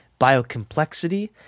Biocomplexity